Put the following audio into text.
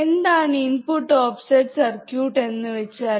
എന്താണ് input offset circuit എന്നുവച്ചാൽ